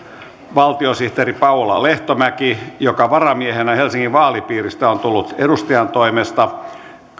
valtiosihteeri paula lehtomäki joka varamiehenä helsingin vaalipiiristä on tullut edustajantoimesta